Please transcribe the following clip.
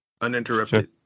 Uninterrupted